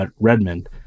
Redmond